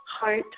Heart